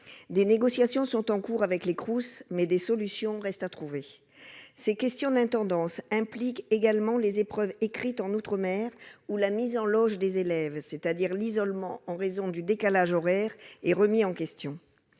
Des négociations sont en cours avec les Crous, mais des solutions restent à trouver. Ces questions d'intendance se posent également pour l'organisation des épreuves écrites en outre-mer, où la « mise en loge » des élèves, c'est-à-dire l'isolement en raison du décalage horaire, est remise en question.